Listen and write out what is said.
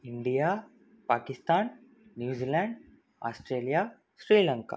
India Pakistan New Zealand Australia Sri Lanka